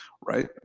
right